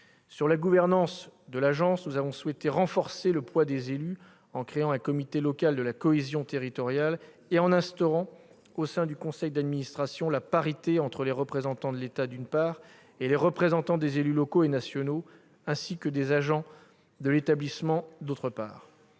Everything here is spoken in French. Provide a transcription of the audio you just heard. la gouvernance, nous avons souhaité renforcer le poids des élus en créant un comité local de la cohésion territoriale et en instaurant, au sein du conseil d'administration, la parité entre représentants de l'État, d'une part, et représentants des élus locaux et nationaux, ainsi que des agents de l'établissement, d'autre part.